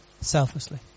selflessly